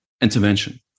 intervention